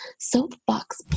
soapbox